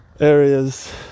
areas